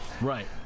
right